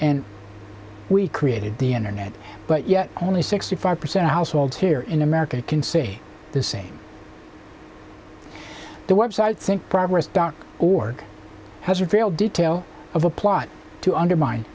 and we created the internet but yet only sixty five percent of households here in america can say the same the website think progress dot org has revealed details of a plot to undermine